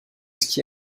ski